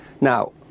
Now